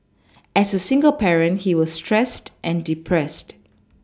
as a single parent he was stressed and depressed